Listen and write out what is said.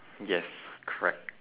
yes correct